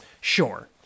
sure